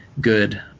good